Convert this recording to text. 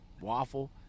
Waffle